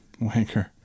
Wanker